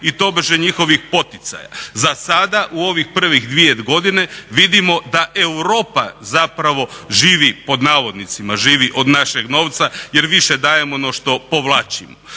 i tobože njihovih poticaja. Zasada u ovih prvih dvije godine vidimo da Europa zapravo živi pod navodnicima "živi" od našeg novca jer više dajemo no što povlačimo.